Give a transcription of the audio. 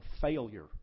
failure